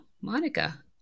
Monica